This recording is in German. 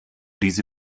diese